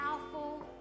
powerful